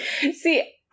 See